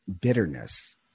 bitterness